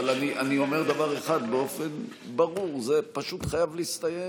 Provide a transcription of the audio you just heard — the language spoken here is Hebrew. אבל אני אומר דבר אחד באופן ברור: זה פשוט חייב להסתיים.